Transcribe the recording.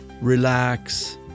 relax